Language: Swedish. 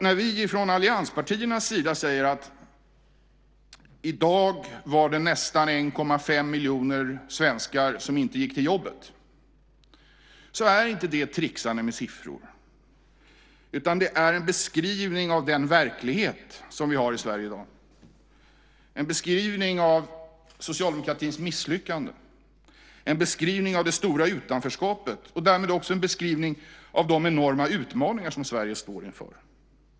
När vi från allianspartiernas sida säger att det i dag var nästan en och en halv miljoner svenskar som inte gick till jobbet är det alltså inte ett tricksande med siffror utan en beskrivning av den verklighet vi har i Sverige i dag - en beskrivning av socialdemokratins misslyckande, en beskrivning av det stora utanförskapet och därmed också en beskrivning av de enorma utmaningar som Sverige står inför.